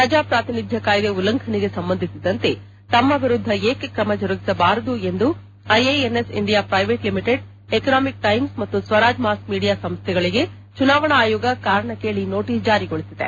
ಪ್ರಜಾ ಪ್ರಾತಿನಿಧ್ದ ಕಾಯ್ದೆ ಉಲ್ಲಂಘನೆಗೆ ಸಂಬಂಧಿಸಿದಂತೆ ತಮ್ಮ ವಿರುದ್ದ ಏಕೆ ಕ್ರಮ ಜರುಗಿಸಬಾರದು ಎಂದು IANS India private limited Economic Times ಮತ್ತು ಸ್ವರಾಜ್ ಮಾಸ್ ಮೀಡಿಯಾ ಸಂಸ್ವೆಗಳಿಗೆ ಚುನಾವಣಾ ಆಯೋಗ ಕಾರಣ ಕೇಳಿ ನೋಟಿಸ್ ಜಾರಿಗೊಳಿಸಿದೆ